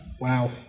Wow